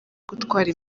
gutwara